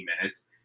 minutes